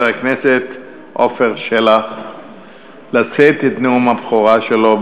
הכנסת עפר שלח לשאת את נאום הבכורה שלו.